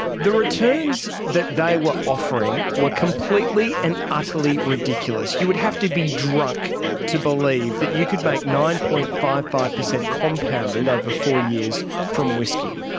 the returns that they were offering were completely and utterly ridiculous, you would have to be drunk to believe that you could make nine. fifty five five percent compounded over four years from whisky.